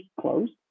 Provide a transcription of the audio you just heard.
closed